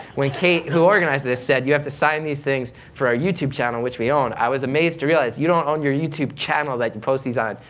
when kate, who organized this, said you have to sign these things for our youtube channel, which we own, i was amazed to realize you don't own your youtube channel that you post these on,